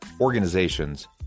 organizations